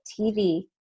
TV